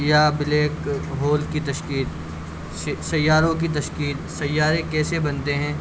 یا black hole کی تشکیل سیاروں کی تشکیل سیارے کیسے بنتے ہیں